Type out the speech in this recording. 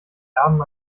erben